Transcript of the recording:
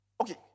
Okay